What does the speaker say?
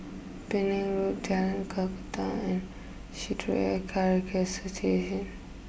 Penang Road Jalan Kakatua and Shitoryu Karate Association